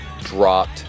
dropped